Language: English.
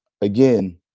again